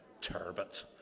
turbot